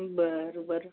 बरं बरं